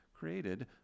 Created